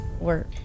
work